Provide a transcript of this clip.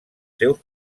seus